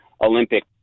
Olympic